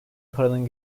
paranın